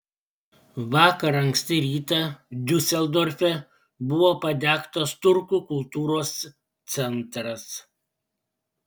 vakar anksti rytą diuseldorfe buvo padegtas turkų kultūros centras